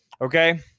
okay